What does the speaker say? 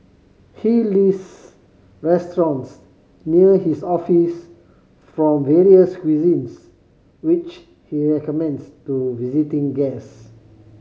he lists restaurants near his office from various cuisines which he recommends to visiting guest